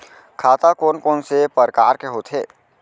खाता कोन कोन से परकार के होथे?